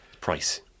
Price